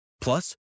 Plus